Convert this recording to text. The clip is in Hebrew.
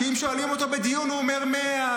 שאם שואלים אותו בדיון הוא אומר 100,